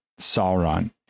Sauron